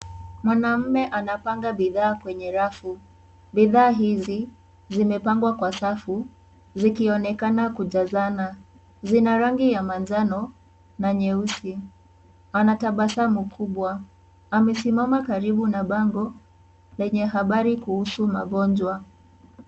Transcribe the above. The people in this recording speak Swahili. Mwanaume anapanga bidhaa kwenye rafu. Bidhaa hizi zimepangwa kwa safu zikionekana kujazana. Zina rangi ya manjano na nyeusi. Anatabasamu kubwa. Amesimama karibu na bango lenye habari kuhusu magonjwa.